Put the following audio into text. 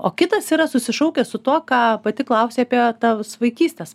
o kitas yra susišaukia su tuo ką pati klausi apie tą vaikystės